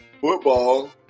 Football